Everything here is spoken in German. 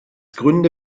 gründe